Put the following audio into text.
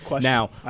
Now